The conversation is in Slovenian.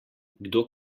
kdo